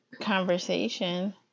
conversation